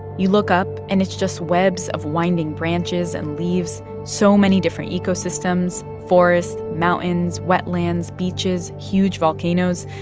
you look up and it's just webs of winding branches and leaves, so many different ecosystems forests, mountains, wetlands, beaches, huge volcanoes.